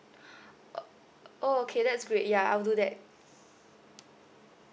uh oh okay that's great ya I'll do that